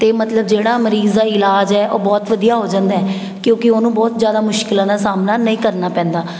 ਅਤੇ ਮਤਲਬ ਜਿਹੜਾ ਮਰੀਜ਼ ਦਾ ਇਲਾਜ ਹੈ ਉਹ ਬਹੁਤ ਵਧੀਆ ਹੋ ਜਾਂਦਾ ਕਿਉਂਕਿ ਉਹਨੂੰ ਬਹੁਤ ਜ਼ਿਆਦਾ ਮੁਸ਼ਕਲਾਂ ਦਾ ਸਾਹਮਣਾ ਨਹੀਂ ਕਰਨਾ ਪੈਂਦਾ